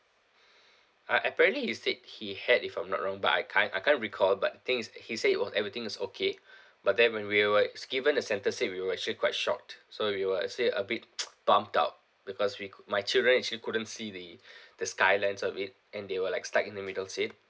uh apparently he said he had if I'm not wrong but I can't I can't recall but the thing is he say it was everything is okay but then when we were s~ given a center seat we were actually quite shocked so we were I say a bit pumped out because we my children actually couldn't see the the skylines of it and they were like stuck in the middle seat